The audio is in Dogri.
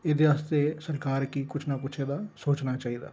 एह्दे आस्तै सरकार गी बी कुछ ना कुछ सोचना चाहिदा